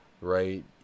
right